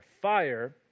Fire